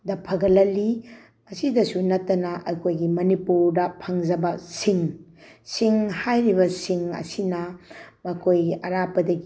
ꯗ ꯐꯒꯠꯍꯜꯂꯤ ꯑꯁꯤꯗꯁꯨ ꯅꯠꯇꯅ ꯑꯩꯈꯣꯏꯒꯤ ꯃꯅꯤꯄꯨꯔꯗ ꯐꯪꯖꯕ ꯁꯤꯡ ꯁꯤꯡ ꯍꯥꯏꯔꯤꯕ ꯁꯤꯡ ꯑꯁꯤꯅ ꯃꯈꯣꯏꯒꯤ ꯑꯔꯥꯞꯄꯗꯒꯤ